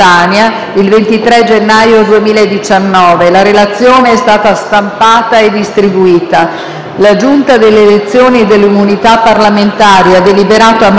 La Giunta delle elezioni e delle immunità parlamentari ha deliberato, a maggioranza, di proporre all'Assemblea il diniego della richiesta di autorizzazione a procedere in giudizio